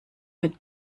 mit